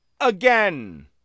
again